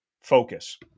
focus